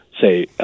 say